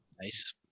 Nice